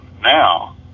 now